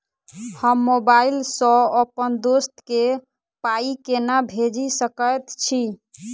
हम मोबाइल सअ अप्पन दोस्त केँ पाई केना भेजि सकैत छी?